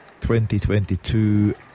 2022